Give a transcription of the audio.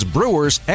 Brewers